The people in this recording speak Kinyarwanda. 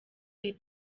iri